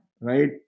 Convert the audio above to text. right